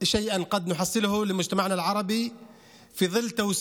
דבר שנוכל להשיג עבור החברה הערבית שלנו,